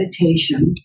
meditation